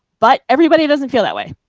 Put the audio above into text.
but everybody doesn't feel that way.